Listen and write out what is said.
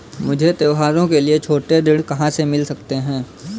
मुझे त्योहारों के लिए छोटे ऋण कहाँ से मिल सकते हैं?